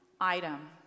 item